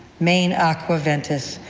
maine aqua ventus,